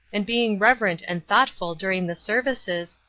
and being reverent and thoughtful during the services,